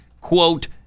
quote